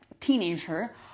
teenager